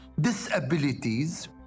disabilities